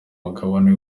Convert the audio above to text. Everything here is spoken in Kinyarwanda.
mugabane